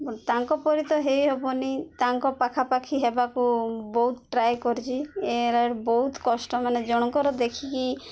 ତାଙ୍କ ପରି ତ ହେଇ ହବନି ତାଙ୍କ ପାଖାପାଖି ହେବାକୁ ବହୁତ ଟ୍ରାଏ କରିଛି ଏରା ବହୁତ କଷ୍ଟ ମାନେ ଜଣଙ୍କର ଦେଖିକି